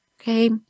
Okay